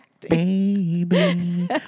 Baby